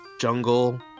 jungle